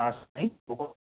हा साईं हुकुम